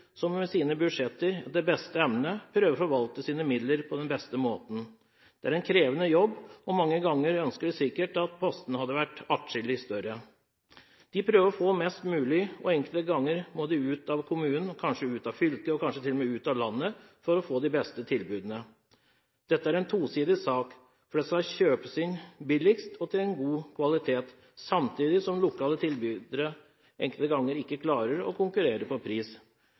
som med sine budsjetter etter beste evne prøver å forvalte sine midler på den beste måten. Det er en krevende jobb, og mange ganger ønsker de sikkert at postene hadde vært atskillig større. De prøver å få mest mulig, og enkelte ganger må de ut av kommunen, kanskje ut av fylket og kanskje til og med ut av landet for å få de beste tilbudene. Dette er en tosidig sak, for det skal kjøpes inn billigst og av god kvalitet, samtidig som lokale tilbydere enkelte ganger ikke klarer å konkurrere på pris.